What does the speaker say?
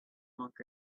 monk